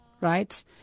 Right